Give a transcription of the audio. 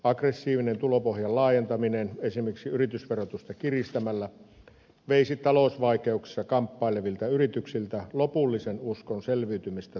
aggressiivinen tulopohjan laajentaminen esimerkiksi yritysverotusta kiristämällä veisi talousvaikeuksissa kamppailevilta yrityksiltä lopullisen uskon selviytymiseen taantuman yli